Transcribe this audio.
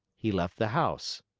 he left the house.